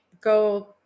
go